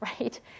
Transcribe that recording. right